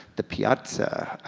the piazza.